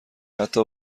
حتی